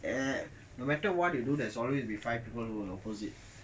eh no matter what they do there's always be five people who will oppose it